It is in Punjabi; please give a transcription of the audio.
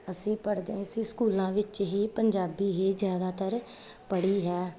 ਅਸੀਂ ਪੜ੍ਹਦੇ ਸੀ ਸਕੂਲਾਂ ਵਿੱਚ ਹੀ ਪੰਜਾਬੀ ਹੀ ਜ਼ਿਆਦਾਤਰ ਪੜ੍ਹੀ ਹੈ